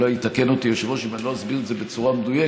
אולי יתקן אותי היושב-ראש אם אני לא אסביר את זה בצורה מדויקת,